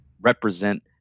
represent